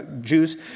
Jews